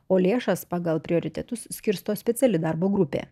o lėšas pagal prioritetus skirsto speciali darbo grupė